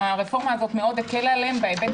הרפורמה הזאת מאוד הקלה על המפעלים בהיבט